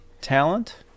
talent